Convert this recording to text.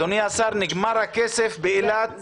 אדוני השר, נגמר הכסף אחרי שנתנו לאילת ולטבריה.